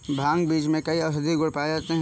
भांग बीज में कई औषधीय गुण पाए जाते हैं